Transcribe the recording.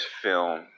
film